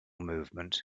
movement